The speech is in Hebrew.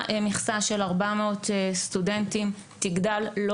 מכסה של 400 סטודנטים תגדל בעוד שנתיים,